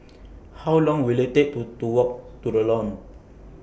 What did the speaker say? How Long Will IT Take to to Walk to The Lawn